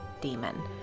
demon